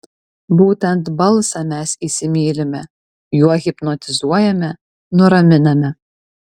būtent balsą mes įsimylime juo hipnotizuojame nuraminame